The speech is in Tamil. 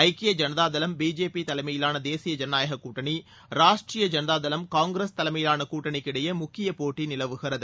ஐக்கிய ஜனதாதளம் பிஜேபி தலைமையிலான தேசிய ஜனநாயகக் கூட்டணி ராஷ்ட்ரிய ஜனதாதளம் காங்கிரஸ் தலைமையிலான கூட்டணிக்கு இடையே முக்கிய போட்டி நிலவுகிறது